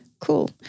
Cool